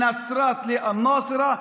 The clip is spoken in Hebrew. את נצרת לא-נאצרה,